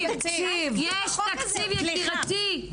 יקירתי.